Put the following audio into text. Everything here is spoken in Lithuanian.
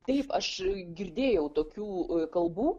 taip aš girdėjau tokių kalbų